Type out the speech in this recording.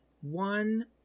one